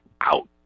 out